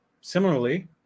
Similarly